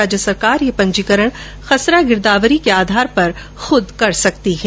राज्य सरकार यह पंजीकरण खसरा गिरदावरी के आधार पर खुद कर सकती है